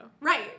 Right